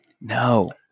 No